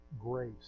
grace